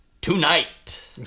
tonight